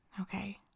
okay